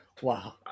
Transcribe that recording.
Wow